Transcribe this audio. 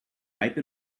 ripe